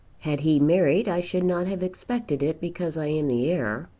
had he married i should not have expected it because i am the heir.